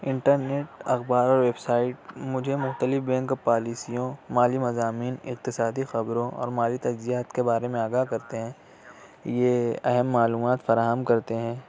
internet اخبار اور website مجھے مختلف بینک پالیسیوں مالی مضامین اقتصادی خبروں اور مالی تجزیات کے بارے میں آگاہ کرتے ہیں یہ اہم معلومات فراہم کرتے ہیں